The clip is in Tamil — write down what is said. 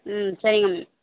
ம் சரிங்க மேம்